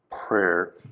prayer